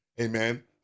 Amen